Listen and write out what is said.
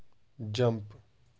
jump